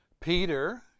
Peter